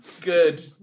good